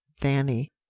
fanny